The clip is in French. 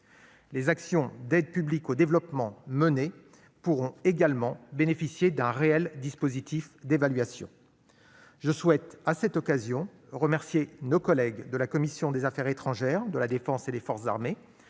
Les actions d'aide publique au développement menées pourront également bénéficier d'un réel dispositif d'évaluation. Je souhaite, à cette occasion, remercier nos collègues de la commission des affaires étrangères, de la défense et des forces armées,